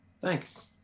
Thanks